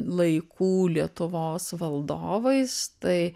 laikų lietuvos valdovais tai